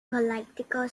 political